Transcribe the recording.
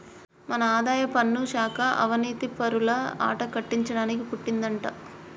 మన ఆదాయపన్ను శాఖ అవనీతిపరుల ఆట కట్టించడానికి పుట్టిందంటా